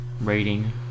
rating